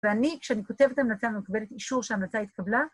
‫ואני, כשאני כותבת המלצה, ‫אני מקבלת אישור שהמלצה התקבלה.